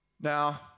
Now